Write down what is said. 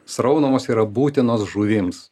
sraunumos yra būtinos žuvims